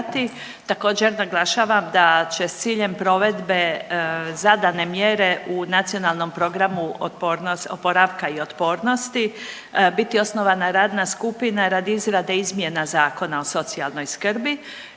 Također naglašavam da će s ciljem provedbe zadane mjere u Nacionalnog programu oporavka i otpornosti biti osnovana radna skupina radi izrade izmjena Zakona o socijalnoj skrbi